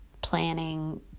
planning